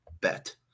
bet